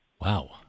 Wow